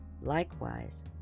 likewise